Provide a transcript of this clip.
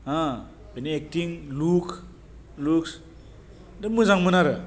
हाह बेनि एकटिं लुक्स दा मोजांमोन आरो